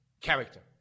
character